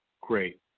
Great